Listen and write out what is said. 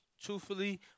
truthfully